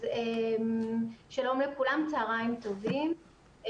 שלום לכולם, צוהריים טובים.